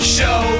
Show